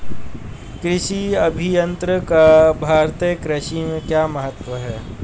कृषि अभियंत्रण का भारतीय कृषि में क्या महत्व है?